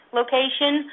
location